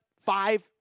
Five